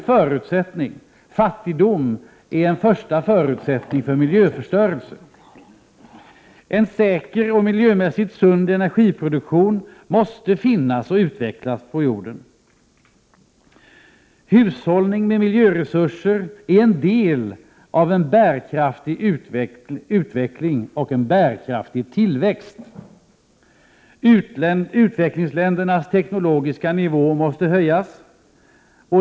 Fattigdom är en första förutsättning för miljöförstörelse. En säker och miljömässigt sund energiproduktion måste finnas och utvecklas på jorden. Hushållning med miljöresurser är en del av en bärkraftig utveckling och en bärkraftig tillväxt. Utvecklingsländernas teknologiska nivå måste höjas.